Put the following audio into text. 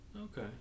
Okay